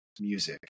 Music